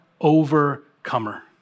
overcomer